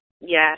Yes